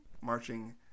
marching